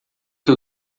que